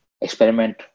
experiment